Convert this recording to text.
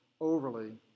overly